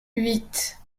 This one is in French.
huit